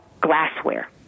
glassware